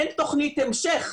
אין תוכנית המשך.